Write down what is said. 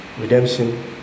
Redemption